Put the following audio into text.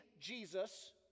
Jesus